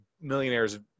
millionaires